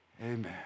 Amen